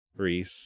Reese